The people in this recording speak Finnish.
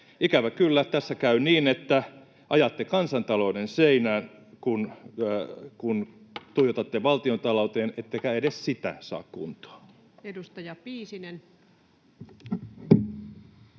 Ikävä kyllä tässä käy niin, että ajatte kansantalouden seinään, kun tuijotatte valtiontalouteen, ettekä edes sitä saa kuntoon.